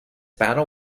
battle